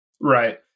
Right